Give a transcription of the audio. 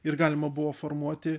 ir galima buvo formuoti